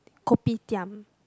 kopitiam